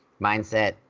mindset